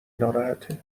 ناراحته